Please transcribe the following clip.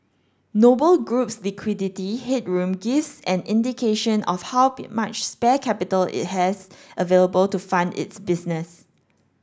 Noble Group's liquidity headroom gives an indication of how much spare capital it has available to fund its business